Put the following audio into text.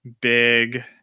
big